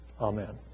Amen